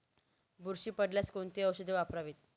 बुरशी पडल्यास कोणते औषध वापरावे?